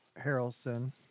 Harrelson